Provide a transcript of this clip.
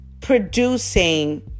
producing